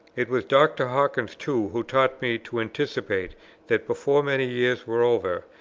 it was dr. hawkins too who taught me to anticipate that, before many years were over,